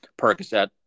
Percocet